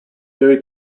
very